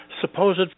supposed